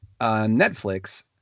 Netflix